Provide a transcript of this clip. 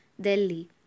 Delhi